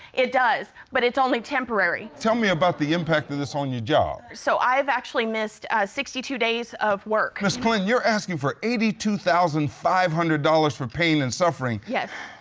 it does. but it's only temporary. tell me about the impact of this on your job. so, i've actually missed, ah, sixty two days of work ms. clinton, you're asking for eighty two thousand five hundred dollars for pain and suffering, yes.